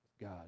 God